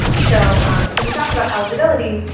so we talked about eligibility,